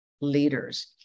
leaders